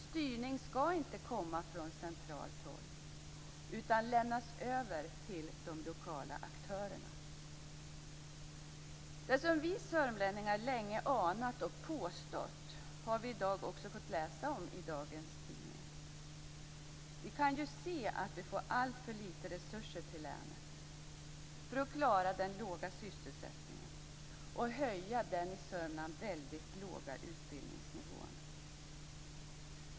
Styrning skall inte komma från centralt håll utan lämnas över till de lokala aktörerna. Det som vi sörmlänningar länge anat och påstått har vi i dag också kunnat läsa om i tidningen. Vi kan se att vi får alltför litet resurser till länet för att kunna klara av den låga sysselsättningen och höja den i Sörmland väldigt låga utbildningsnivån.